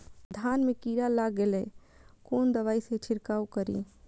धान में कीरा लाग गेलेय कोन दवाई से छीरकाउ करी?